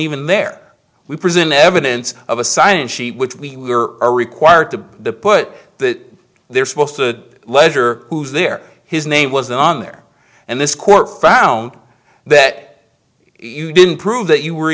even there we present evidence of a sign in sheet which we are required to put that they're supposed to leisure who's there his name was on there and this court found that you didn't prove that you were